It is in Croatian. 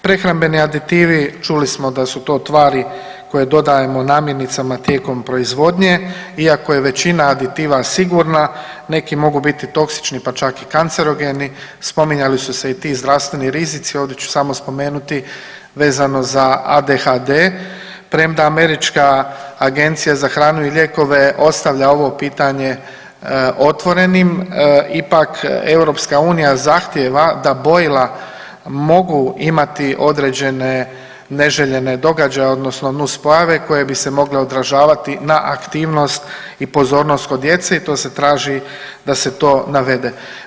Prehrambeni aditivi, čuli smo da su to tvari koje dodajemo namirnicama tijekom proizvodnje, iako je većina aditiva sigurna, neki mogu biti toksični, pa čak i kancerogeni, spominjali su se i ti zdravstveni rizici, ovdje ću samo spomenuti, vezano za ADHD, premda Američka agencija za hranu i lijekove ostavlja ovo pitanje otvorenim, ipak, EU zahtijeva da bojila mogu imati određene neželjene događaje, odnosno nuspojave koje bi se mogle odražavati na aktivnost i pozornost kod djece i to se traži da se to navede.